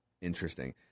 Interesting